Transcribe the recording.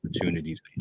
opportunities